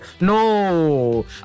No